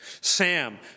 Sam